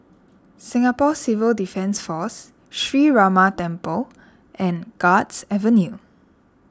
Singapore Civil Defence force Sree Ramar Temple and Guards Avenue